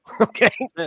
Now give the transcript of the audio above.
okay